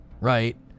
right